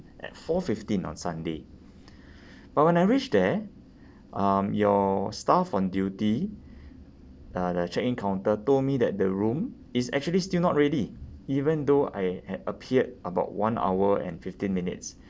at four fifteen on sunday but when I reached there um your staff on duty uh the check in counter told me that the room is actually still not ready even though I had appeared about one hour and fifteen minutes